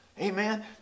Amen